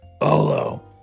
Olo